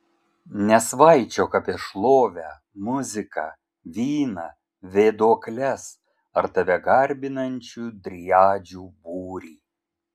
nesvaičiok apie šlovę muziką vyną vėduokles ar tave garbinančių driadžių būrį